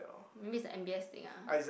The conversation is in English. maybe is the m_b_s thing ah